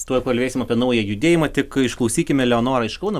tuoj kalbėsim apie naują judėjimą tik išklausykime leonorą iš kauno